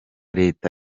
leta